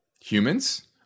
humans